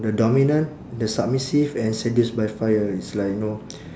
the dominant the submissive and seduced by fire it's like know